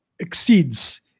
exceeds